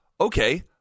Okay